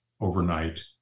overnight